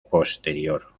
posterior